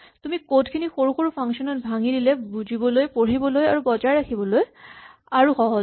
তুমি কড খিনি সৰু সৰু ফাংচন ত ভাঙি দিলে বুজিবলৈ পঢ়িবলৈ আৰু বজাই ৰাখিবলৈ আৰু সহজ হয়